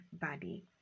body